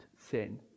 sin